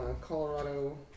Colorado